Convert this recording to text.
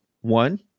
One